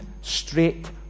straight